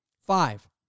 Five